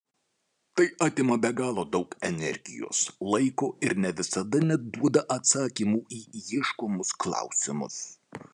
tai atima be galo daug energijos laiko ir ne visada net duoda atsakymų į ieškomus klausimus